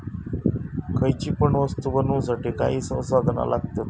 खयची पण वस्तु बनवुसाठी काही संसाधना लागतत